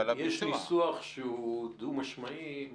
יש ניסוח שהוא דו-משמעי.